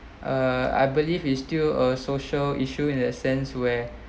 uh I believe is still a social issue in that sense where